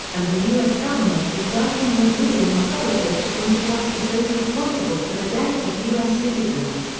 and the u s. government is working with libyan authorities to bring to justice those responsible for the deaths of u s. citizens.